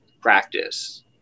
practice